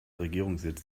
regierungssitz